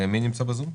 מי נמצא בזום?